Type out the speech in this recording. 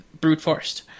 brute-forced